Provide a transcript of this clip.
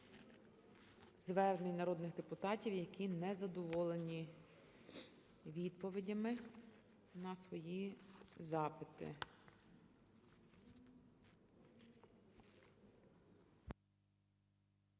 звернень народних депутатів, які не задоволені відповідями на свої запити.